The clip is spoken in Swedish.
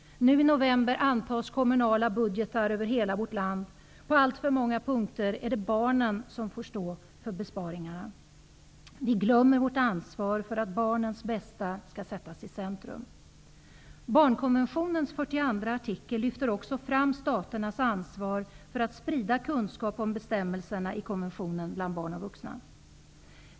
Nu i november antas kommunala budgetar över hela vårt land. På alltför många punkter är det barnen som får stå för besparingarna. Vi glömmer vårt ansvar för att barnens bästa skall sättas i centrum. Barnkonventionens 42:a artikel lyfter också fram staternas ansvar för att kunskap sprids bland barn och vuxna om bestämmelserna i konventionen.